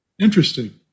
interesting